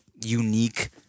unique